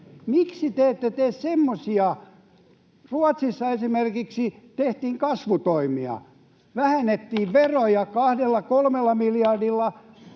Miksi te ette tee semmoisia kasvutoimia kuin esimerkiksi Ruotsissa, missä vähennettiin veroja kahdella kolmella miljardilla